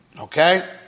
Okay